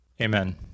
Amen